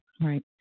Right